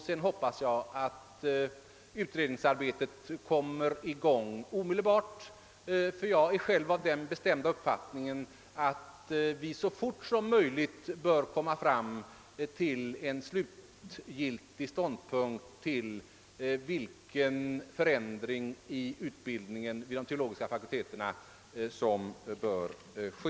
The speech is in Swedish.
Sedan hoppas jag att utredningsarbetet omedelbart kommer i gång, ty jag har själv den bestämda uppfattningen, att vi så fort som möjligt bör komma fram till en slutgiltig ståndpunkt beträffan de vilken förändring i utbildningen vid de teologiska fakulteterna som bör ske.